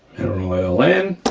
mineral oil in,